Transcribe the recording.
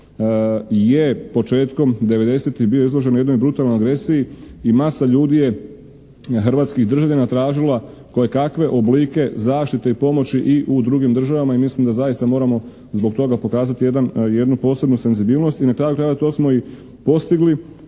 je početkom 90-ih bio izložen jednoj brutalnoj agresiji i masa ljudi je, hrvatskih državljana tražila koje kakve oblike zaštite i pomoći i u drugim državama. I mislim da zaista moramo zbog toga pokazati jednu posebnu senzibilnost. I na kraju krajeva, to smo i postigli